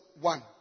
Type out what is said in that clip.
one